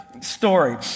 story